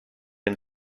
and